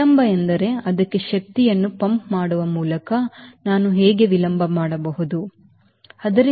ವಿಳಂಬ ಎಂದರೆ ಅದಕ್ಕೆ ಶಕ್ತಿಯನ್ನು ಪಂಪ್ ಮಾಡುವ ಮೂಲಕ ನಾನು ಹೇಗೆ ವಿಳಂಬ ಮಾಡಬಹುದು ಸರಿ